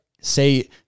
say